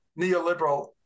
neoliberal